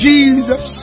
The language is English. Jesus